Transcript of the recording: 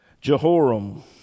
Jehoram